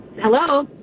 Hello